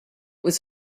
was